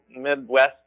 Midwest